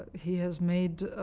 he has made